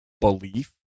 belief